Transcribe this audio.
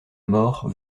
mort